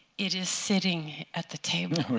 it is sitting at the table